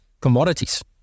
commodities